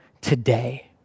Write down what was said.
today